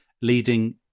leading